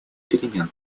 перемен